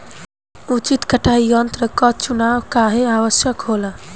उचित कटाई यंत्र क चुनाव काहें आवश्यक होला?